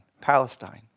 Palestine